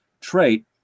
trait